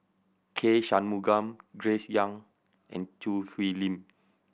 K Shanmugam Grace Young and Choo Hwee Lim